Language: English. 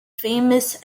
famous